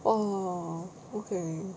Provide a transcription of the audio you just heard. oh okay